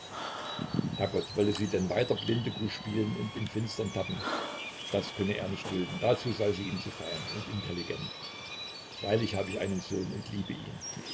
herrgott wolle sie denn weiter blindekuh spielen und im finstern tappen das könne er nicht dulden dazu sei sie ihm zu fein und intelligent freilich hab ich einen sohn und liebe ihn